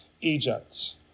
Egypt